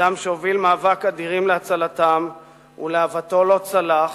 אדם שהוביל מאבק אדירים להצלתם ולהוותו לא צלח,